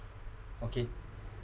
okay